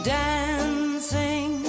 dancing